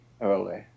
early